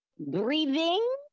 breathing